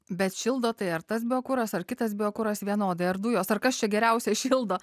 bet šildo tai ar tas biokuras ar kitas biokuras vienodai ar dujos ar kas čia geriausia šildo